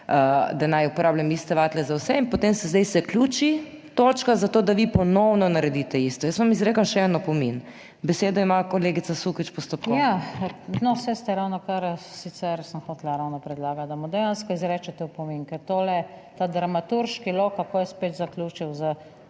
da naj uporabljam iste vatle za vse in potem se zdaj zaključi točka zato, da vi ponovno naredite isto. Jaz vam izrekam še en opomin. Besedo ima kolegica Sukič postopkovno. **NATAŠA SUKIČ (PS Levica):** No, saj ste ravnokar, sicer sem hotela ravno predlagati, da mu dejansko izrečete opomin, ker tole, ta dramaturški lok, kako je spet zaključil